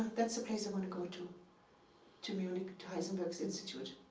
that's the place i want to go to to munich, to heisenberg's institute